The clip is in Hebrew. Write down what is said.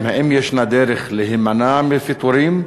האם יש דרך להימנע מפיטורים?